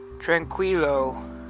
Tranquilo